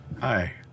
Hi